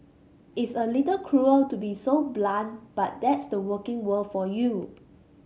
it's a little cruel to be so blunt but that's the working world for you